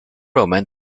roman